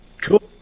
Cool